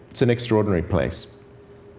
it's an extraordinary place.